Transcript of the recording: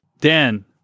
Dan